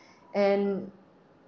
and